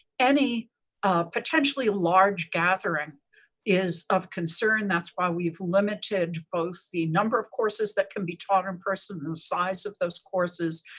any potentially large gathering is of concern. that's why we've limited both the number of courses that can be taught in person and size of those courses.